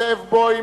זאב בוים,